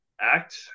act